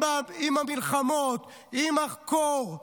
עם המלחמות, עם הקור,